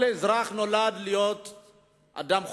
כל אזרח נולד להיות אדם חופשי.